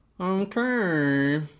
okay